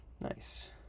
Nice